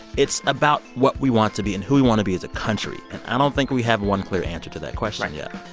it's about what we want to be and who we want to be as a country. and i don't think we have one clear answer to that question yet yeah